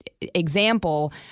example